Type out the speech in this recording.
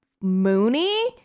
Mooney